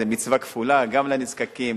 זה מצווה כפולה גם לנזקקים,